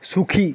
সুখী